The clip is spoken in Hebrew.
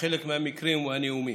בחלק מהמקרים והנאומים.